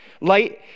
Light